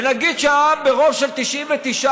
ונגיד שהעם, ברוב של 99%,